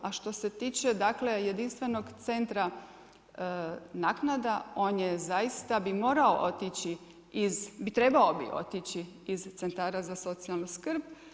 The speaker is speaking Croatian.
A što se tiče dakle jedinstvenog centra naknada on je zaista, bi morao otići iz, trebao bi otići iz Centara za socijalnu skrb.